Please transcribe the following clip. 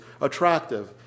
attractive